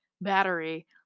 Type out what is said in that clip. battery